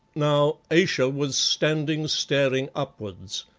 now, ayesha was standing staring upwards,